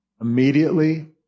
Immediately